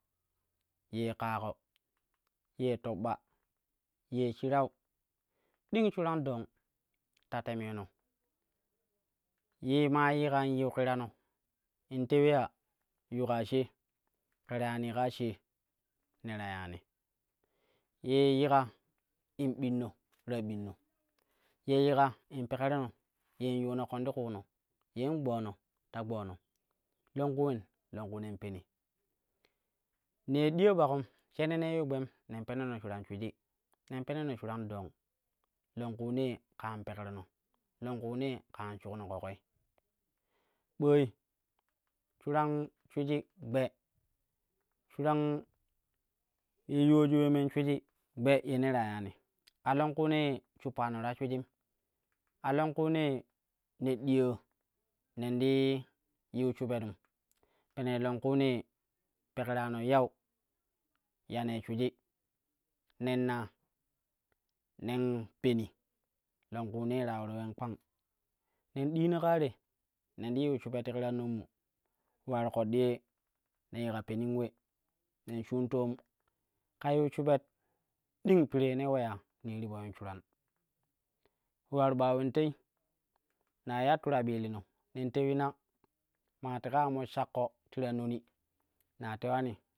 Ye ƙaaƙo ye toɓɓa ye shurau ding shuran dong ta temyono yee maa yika in yiu kirano in teui ya yu kaa shee ke ta yaanii ka shee ne ta yani, yikan in ɓitno ta ɓitno ye yika in peekro no yen yuno kon ti kuuno yen gbone ta gbone longku ulen longku nen peni. Nei diya ɓakkum, shene noi yu gben nen peneno shuraj shuiji nen peneno shuran dong longkunee ka an pekrono, longkunee ka an shukno ƙoƙoi. ɓooi shuran shuiji gbe shuran ye yuwaju ule nen shuiji gbe ye ne ta yani a longkunee shuppano ta shuijim a longkunee ne ɗiya nen ti yiu shuɓetum, penei longkuunee pekrano yau ya neu shuiji, nenna nen peni longkuunee ta yoore uleen kpang nen ɗina kaa te nen ti yiu shubet ti kiran nommu ule ular ƙoɗɗi ye ne yika penin ule nen shuun toom ka yiu shubet ding piree ne uleya ɗii ti po yuun shuran ule ular ɓa ulendei na iya tura ɓilino nen twei na maa teka ya mo shakko ti ta noni na tewari.